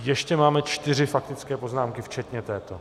Ještě máme čtyři faktické poznámky včetně této.